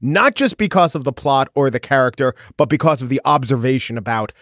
not just because of the plot or the character but because of the observation about